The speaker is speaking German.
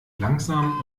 langsam